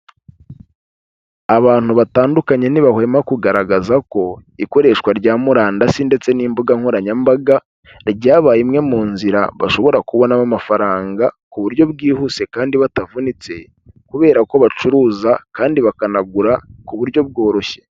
Abantu batandukanye ntibahwema kugaragazako ikoreshwa rya murandasi ndetse n'imbuga nkoranyambaga ryabaye imwe mu nzira bashobora kubonamo amafaranga ku buryo bwihuse kandi batavunitse kubera ko bacuruza kandi bakanagura ku buryo bworoshye.